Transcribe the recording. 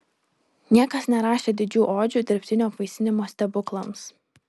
niekas nerašė didžių odžių dirbtinio apvaisinimo stebuklams